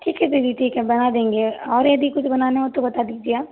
ठीक है दीदी ठीक है बना देंगे और यदि कुछ बनाना हो तो बता दीजिए आप